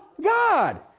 God